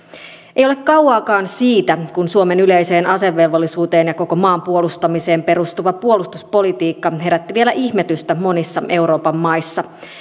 ei ole kauankaan siitä kun suomen yleiseen asevelvollisuuteen ja koko maan puolustamiseen perustuva puolustuspolitiikka herätti vielä ihmetystä monissa euroopan maissa